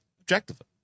objectively